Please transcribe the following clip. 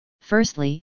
firstly